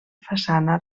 façana